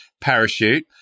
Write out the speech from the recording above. parachute